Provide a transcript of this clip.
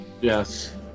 Yes